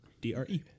D-R-E